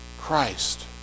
Christ